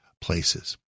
places